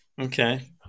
Okay